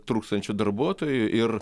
trūkstančių darbuotojų ir